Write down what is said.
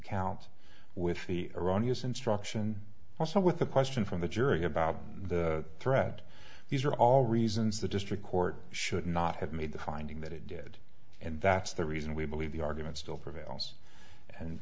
count with the erroneous instruction also with a question from the jury about the threat these are all reasons the district court should not have made the finding that it did and that's the reason we believe the argument still prevails and